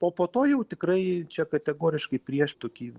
o po to jau tikrai čia kategoriškai prieš tokį